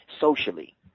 socially